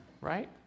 right